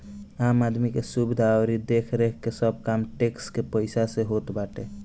आम आदमी के सुविधा अउरी देखरेख के सब काम टेक्स के पईसा से होत बाटे